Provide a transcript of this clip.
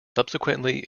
subsequently